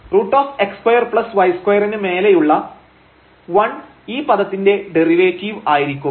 √x2y2 ന് മേലെയുള്ള 1 ഈ പദത്തിന്റെ ഡെറിവേറ്റീവ് ആയിരിക്കും